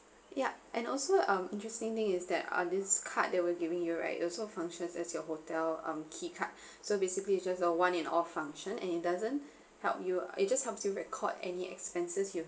yup and also um interesting thing is that ah this card they will giving you right it also functions as your hotel um key card so basically it's just the one in all function and it doesn't help you it just helps you record any expenses you